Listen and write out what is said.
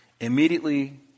immediately